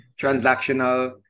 transactional